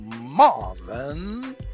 Marvin